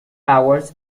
powers